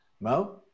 Mo